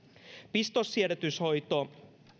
pistossiedätyshoito